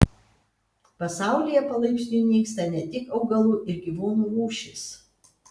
pasaulyje palaipsniui nyksta ne tik augalų ir gyvūnų rūšys